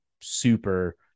super